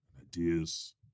ideas